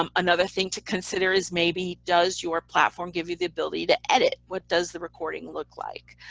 um another thing to consider is maybe does your platform give you the ability to edit what does the recording look like.